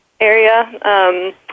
area